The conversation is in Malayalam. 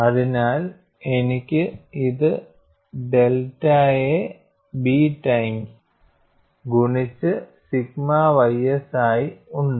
അതിനാൽ എനിക്ക് ഇത് ഡെൽറ്റയെ B ടൈംസ് ഗുണിച്ച സിഗ്മ ys ആയി ഉണ്ട്